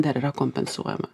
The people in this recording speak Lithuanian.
dar yra kompensuojama